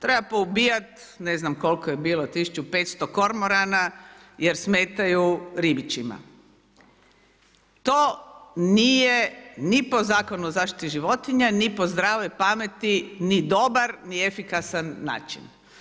Treba poubijat ne znam koliko je bilo 1500 kormorana jer smetaju ribičima, to nije ni po Zakonu o zaštiti životinja, ni po zdravoj pameti, ni dobar, ni efikasan način.